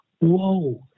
Whoa